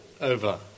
over